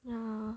ya